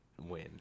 win